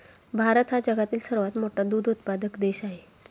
भारत हा जगातील सर्वात मोठा दूध उत्पादक देश आहे